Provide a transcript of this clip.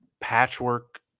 patchwork